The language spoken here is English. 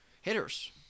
hitters